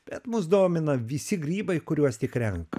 bet mus domina visi grybai kuriuos tik renka